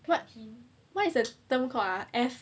what what is the term called ah F